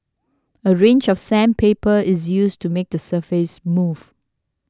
a range of sandpaper is used to make the surface smooth